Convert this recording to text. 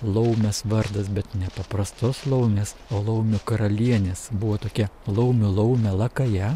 laumės vardas bet ne paprastos laumės o laumių karalienės buvo tokia laumių laumė lakaja